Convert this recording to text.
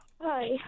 Hi